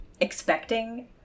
expecting